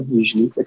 usually